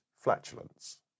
flatulence